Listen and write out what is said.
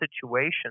situations